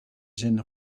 zin